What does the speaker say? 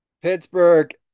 Pittsburgh